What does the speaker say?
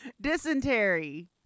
Dysentery